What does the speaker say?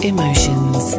Emotions